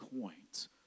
coins